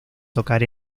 tocar